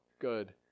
good